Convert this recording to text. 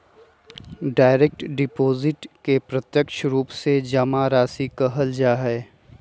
direct deposit के प्रत्यक्ष रूप से जमा राशि कहल जा हई